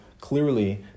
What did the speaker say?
clearly